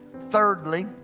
Thirdly